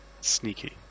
sneaky